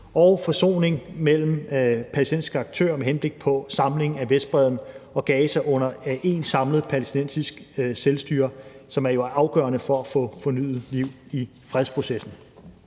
og forsoning mellem palæstinensiske aktører med henblik på samling af Vestbredden og Gaza under ét samlet palæstinensisk selvstyre, som jo er afgørende for at få fornyet liv i fredsprocessen.